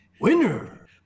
Winner